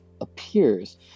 appears